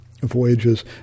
voyages